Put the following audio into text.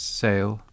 sale